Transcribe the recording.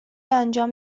انجام